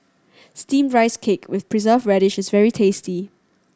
Steamed Rice Cake with Preserved Radish is very tasty